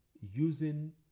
using